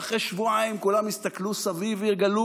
ואחרי שבועיים כולם יסתכלו סביב ויגלו